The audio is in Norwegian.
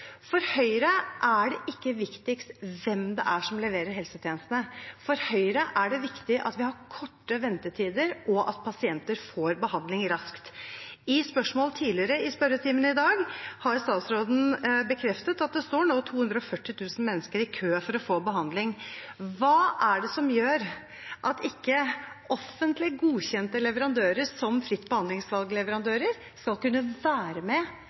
For Høyre er det ikke viktigst hvem det er som leverer helsetjenestene. For Høyre er det viktig at vi har korte ventetider, og at pasienter får behandling raskt. I spørsmål tidligere i spørretimen i dag har statsråden bekreftet at det nå står 240 000 mennesker i kø for å få behandling. Hva er det som gjør at offentlig godkjente leverandører, som fritt behandlingsvalg-leverandører, ikke skal kunne være med